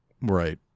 Right